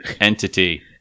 entity